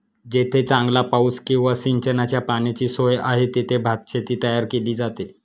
जेथे चांगला पाऊस किंवा सिंचनाच्या पाण्याची सोय आहे, तेथे भातशेती तयार केली जाते